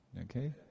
Okay